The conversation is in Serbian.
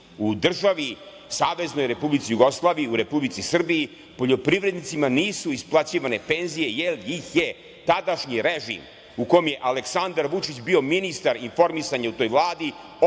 u državi SRJ, u Republici Srbiji poljoprivrednicima nisu isplaćivane penzije jer ih je tadašnji režim, u kome je Aleksandar Vučić bio ministar informisanja u toj Vladi,